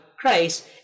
Christ